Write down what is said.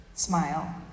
smile